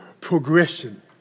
progression